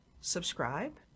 subscribe